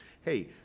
hey